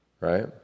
right